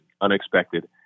Unexpected